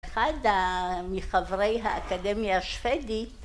אחד מחברי האקדמיה השבדית